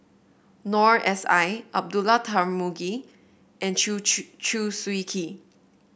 Noor S I Abdullah Tarmugi and Chew Chew Chew Swee Kee